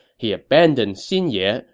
he abandoned xinye,